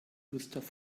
gustav